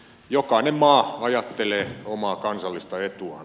jokainen maa ajattelee omaa kansallista etuaan